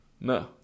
No